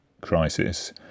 crisis